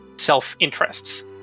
self-interests